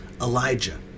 Elijah